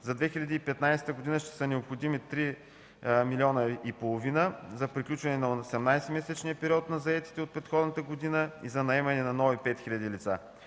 за 2015 г. ще са необходими 3,5 милиона за приключване на 18-месечния период на заетите от предходната година и за наемане на нови 5 хиляди лица.